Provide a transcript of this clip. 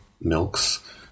milks